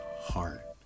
heart